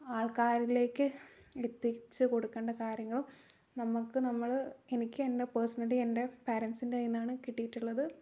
ആൾക്കാരിലേക്ക് എത്തിച്ചു കൊടുക്കേണ്ട കാര്യങ്ങളും നമുക്ക് നമ്മൾ എനിക്ക് എൻ്റെ പേഴ്സണലി എൻ്റെ പാരൻസിൻ്റെ നിന്നാണ് കിട്ടിയിട്ടുള്ളത്